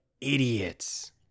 idiots